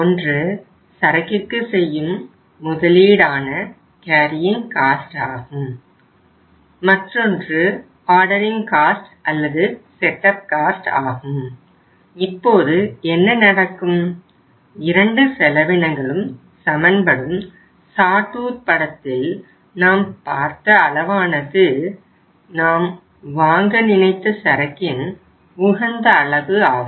ஒன்று சரக்கிற்கு செய்யும் முதலீடான கேரியிங் காஸ்ட் படத்தில் நாம் பார்த்த அளவானது நாம் வாங்க நினைத்த சரக்கின் உகந்த அளவு ஆகும்